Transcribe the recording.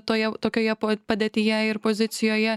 toje tokioje pat padėtyje ir pozicijoje